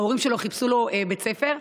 ההורים שלו חיפשו לו בית ספר,